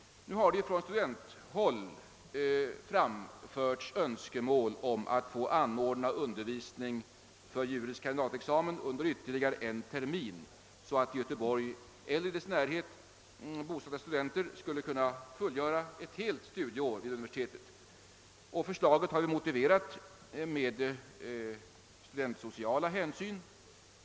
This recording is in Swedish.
Nu har det från studenthåll framförts önskemål om att det anordnas undervisning för juris kandidatexamen under ytterligare en termin, så att i Göteborg eller i dess närhet bosatta studenter skall kunna fullgöra ett helt studieår vid universitetet. Förslaget har motiverats med studiesociala hänsyn.